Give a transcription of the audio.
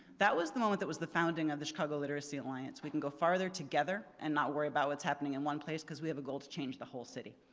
that was the moment that was the founding of the chicago literacy alliance. we can go farther together and not worry about what's happening in one place because we have a goal to change the whole city.